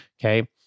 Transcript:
Okay